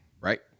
Right